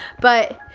but,